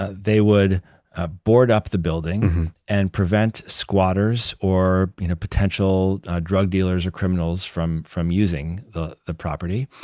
they would ah board up the building and prevent squatters, or you know potential drug dealers or criminals from from using the the property.